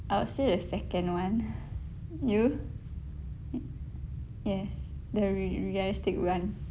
I would say the second one you y~ yes the rea~ realistic one